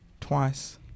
twice